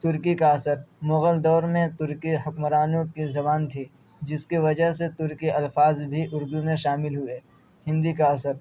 ترکی کا اثر مغل دور میں ترکی حکمرانوں کی زبان تھی جس کی وجہ سے ترکی الفاظ بھی اردو میں شامل ہوئے ہندی کا اثر